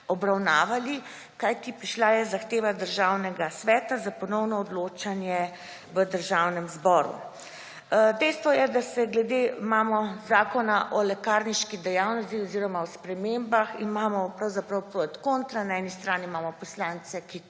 obravnavali, kajti prišla je zahteva Državnega sveta za ponovno odločanje v Državnem zboru. Dejstvo je, da glede Zakona o lekarniški dejavnosti oziroma o spremembah imamo pro in kontra; na eni strani imamo poslance, ki